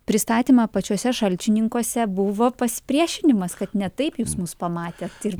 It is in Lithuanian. pristatymą pačiuose šalčininkuose buvo pasipriešinimas kad ne taip jūs mus pamatėt ir